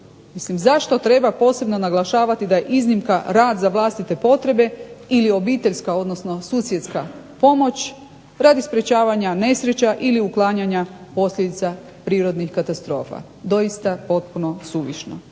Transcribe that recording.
zašto treba posebno naglašavati da je iznimka rad za vlastite potrebe ili obiteljska, odnosno susjedska pomoć radi sprečavanja nesreća ili uklanjanja posljedica prirodnih katastrofa. Doista potpuno suvišno.